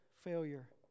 failure